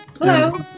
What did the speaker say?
Hello